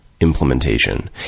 implementation